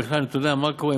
ובכלל נתוני המקרו,